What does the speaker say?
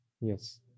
yes